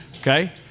Okay